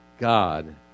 God